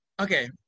okay